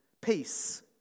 peace